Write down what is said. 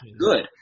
good